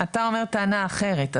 אתה אומר טענה אחרת,